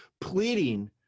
pleading